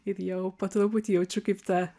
ir jau po truputį jaučiu kaip ta